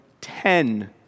ten